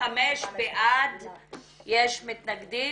יש מתנגדים?